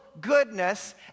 goodness